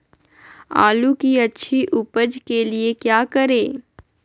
आलू की अच्छी उपज के लिए क्या करें?